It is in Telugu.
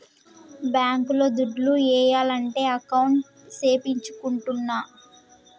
బ్యాంక్ లో దుడ్లు ఏయాలంటే అకౌంట్ సేపిచ్చుకుంటాన్న